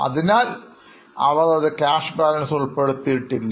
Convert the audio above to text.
അതിനാൽ അവർ അത് ക്യാഷ് ബാലൻസിൽ ഉൾപ്പെടുത്തിയിട്ടില്ല